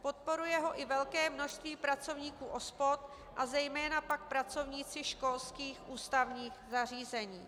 Podporuje ho i velké množství pracovníků OSPOD a zejména pak pracovníci školských ústavních zařízení.